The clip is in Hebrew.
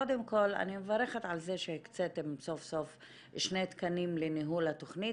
קודם כל אני מברכת על זה שהקציתם סוף סוף שני תקנים לניהול התכנית